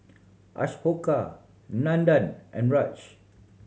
Ashoka Nandan and Raj